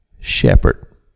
shepherd